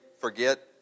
forget